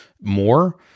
more